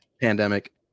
pandemic